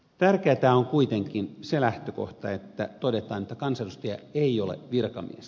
tärkeätä on kuitenkin se lähtökohta että todetaan että kansanedustaja ei ole virkamies